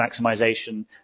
maximization